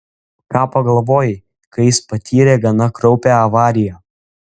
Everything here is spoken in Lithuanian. ką pagalvojai kai jis patyrė gana kraupią avariją